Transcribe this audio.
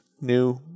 new